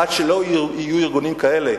עד שלא יהיו ארגונים כאלה,